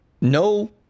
No